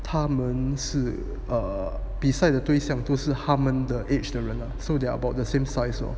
他们是 err 比赛的对相都是他们的 age 的人 so they are about the same size lor